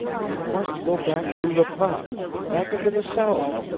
you must go back to le pas back into the south.